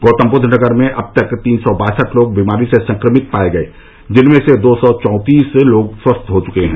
गौतमबुद्व नगर में अब तक तीन सौ बासठ लोग बीमारी से संक्रमित पाए गए जिनमें से दो सौ चौंतीस लोग स्वस्थ हो चुके हैं